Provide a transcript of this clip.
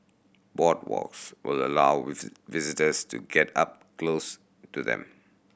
boardwalks will allow visitors to get up close to them